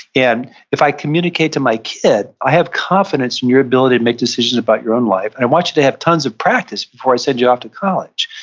and if i communicate to my kid, i have confidence in your ability to make decisions about your own life. i want you to have tons of practice before i send you off to college,